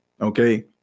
Okay